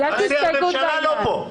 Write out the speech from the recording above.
הממשלה לא פה.